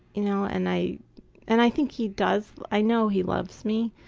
you know, and i and i think he does, i know he loves me,